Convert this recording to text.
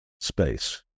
space